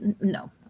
No